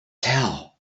tell